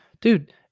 dude